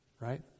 Right